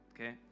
Okay